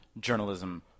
journalism